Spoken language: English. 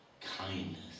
kindness